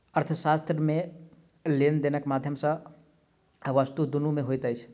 अर्थशास्त्र मे लेन देनक माध्यम वस्तु आ सुविधा दुनू मे होइत अछि